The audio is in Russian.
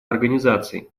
организаций